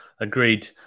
Agreed